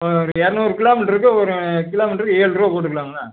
ஒரு இரநூறு கிலோமீட்டருக்கு ஒரு கிலோமீட்டருக்கு ஏழ்ரூவா போட்டுக்கலாங்களா